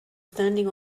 standing